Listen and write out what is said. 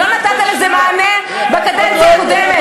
ולא נתת לזה מענה בקדנציה הקודמת.